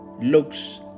looks